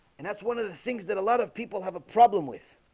and that's one of the things that a lot of people have a problem with